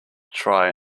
try